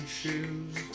shoes